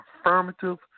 affirmative